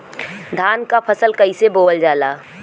धान क फसल कईसे बोवल जाला?